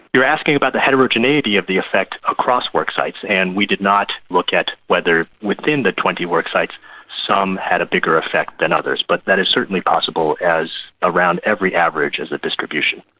you're asking about the heterogeneity of the effect across worksites and we did not look at whether within the twenty worksites some had a bigger effect than others, but that is certainly possible as around every average is a distribution.